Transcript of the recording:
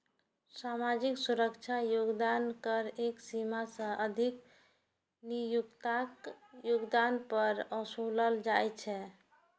सामाजिक सुरक्षा योगदान कर एक सीमा सं अधिक नियोक्ताक योगदान पर ओसूलल जाइ छै